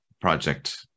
project